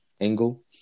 angle